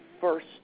first